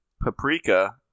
Paprika